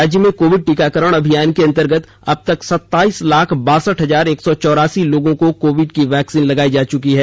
राज्य में कोविड टीकाकरण अभियान के अंतर्गत अब तक सताईस लाख बासठ हजार एक सौ चौरासी लोगों को कोविड की वैक्सीन लगाई जा चुंकी है